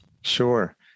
sure